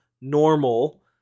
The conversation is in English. Normal